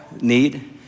need